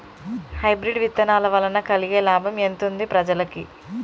Hybrid విత్తనాల వలన కలిగే లాభం ఎంతుంది ప్రజలకి?